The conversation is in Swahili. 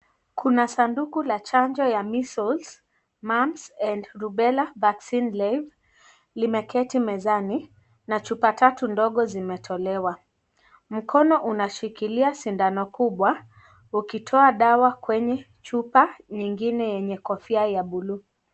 Kuna sanduku la chanjo ya measles, mumps and rubella vaccine live limeketi mezani na chupa tatu ndogo zimetolewa. Mkono unashikilia sindano kubwa ukitoa dawa kwenye chupa nyingine yenye kofia ya buluu.